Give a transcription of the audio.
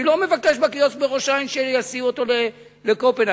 אני לא מבקש בקיוסק בראש-העין שיסיעו אותו לקופנהגן.